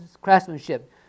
craftsmanship